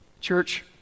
Church